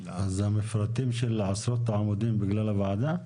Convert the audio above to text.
המפרטים לעשות את העמודים, זה בגלל הוועדה?